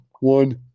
one